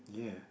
yeah